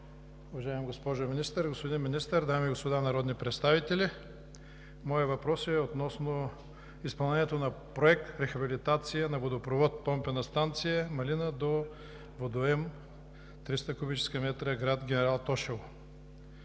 уважаема госпожо Министър, господин Министър, дами и господа народни представители! Моят въпрос е относно изпълнението на проект „Рехабилитация на водопровод Помпена станция Малина до водоем 300 м3 – град Генерал Тошево“.